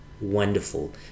wonderful